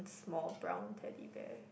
small brown Teddy Bear